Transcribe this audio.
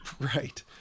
Right